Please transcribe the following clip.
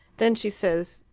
then she says,